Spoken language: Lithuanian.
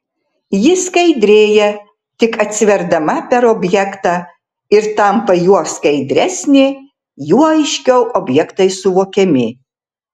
ji skaidrėja tik atsiverdama per objektą ir tampa juo skaidresnė juo aiškiau objektai suvokiami